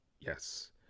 yes